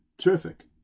terrific